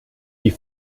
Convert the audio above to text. die